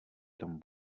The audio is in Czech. tam